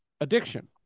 addiction